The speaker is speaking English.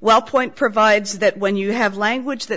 well point provides that when you have language that